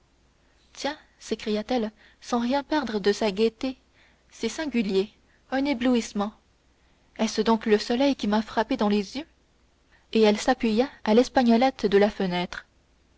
tiens s'écria-t-elle sans rien perdre de sa gaieté c'est singulier un éblouissement est-ce donc le soleil qui m'a frappé dans les yeux et elle s'appuya à l'espagnolette de la fenêtre